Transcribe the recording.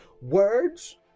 words